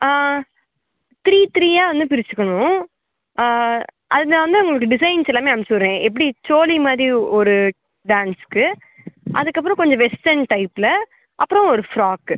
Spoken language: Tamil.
த்ரீ த்ரீயாக வந்து பிரிச்சுக்கணும் அது இல்லாமல் உங்களுக்கு டிசைன்ஸ் எல்லாமே அமிச்சிவிட்றேன் எப்டி சோலி மாதிரி ஒரு டான்ஸ்க்கு அதுக்கப்பறம் கொஞ்சம் வெஸ்டர்ன் டைப்ல அப்புறம் ஒரு ஃப்ராக்கு